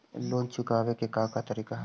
Loan चुकावे के का का तरीका हई?